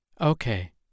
okay